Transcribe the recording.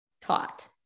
taught